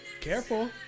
careful